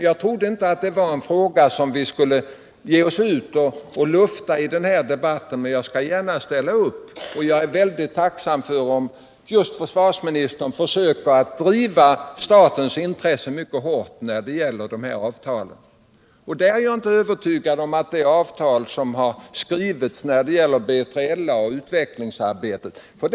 Jag trodde inte att det var en fråga som vi skulle lufta i den här debatten, men jag skall gärna ställa upp. Jag är tacksam om just försvarsministern försöker att driva statens intressen mycket hårt när det gäller dessa avtal. Jag är inte övertygad om att man gjort det när det gäller det avtal som skrivits om utvecklingsarbetet av B3LA.